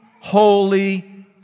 holy